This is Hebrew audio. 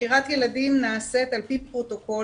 חקירת ילדים נעשית על פי פרוטוקול